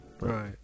Right